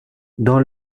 dans